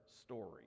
story